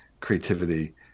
creativity